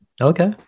Okay